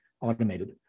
automated